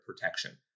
protection